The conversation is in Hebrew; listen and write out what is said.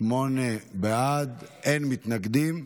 שמונה בעד, אין מתנגדים.